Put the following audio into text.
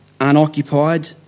unoccupied